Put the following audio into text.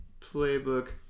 Playbook